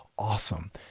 Awesome